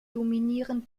dominieren